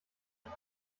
ich